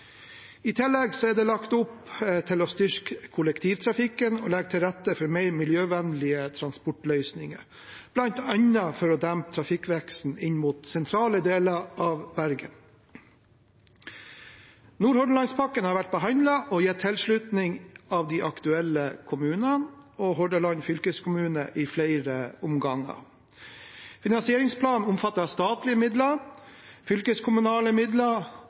I tillegg er det lagt opp til å styrke kollektivtrafikken og å legge til rette for mer miljøvennlige transportløsninger, bl.a. for å dempe trafikkveksten inn mot sentrale deler av Bergen. Nordhordlandspakken har vært behandlet og gitt tilslutning til av de aktuelle kommunene og Hordaland fylkeskommune i flere omganger. Finansieringsplanen omfatter statlige midler, fylkeskommunale midler